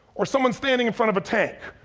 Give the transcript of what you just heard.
or someone standing in front of a tank.